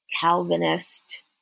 Calvinist